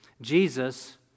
Jesus